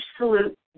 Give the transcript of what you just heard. absolute